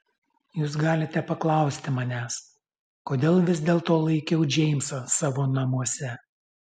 jūs galite paklausti manęs kodėl vis dėlto laikiau džeimsą savo namuose